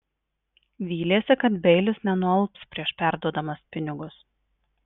vylėsi kad beilis nenualps prieš perduodamas pinigus